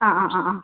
yes